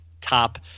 Top